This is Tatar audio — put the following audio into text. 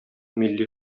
милли